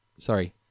Sorry